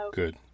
good